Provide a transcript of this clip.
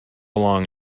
along